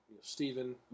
Stephen